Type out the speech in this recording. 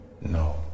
No